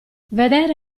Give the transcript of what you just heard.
vedere